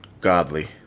godly